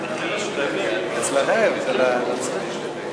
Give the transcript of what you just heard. אצלכם, אצל הנוצרים.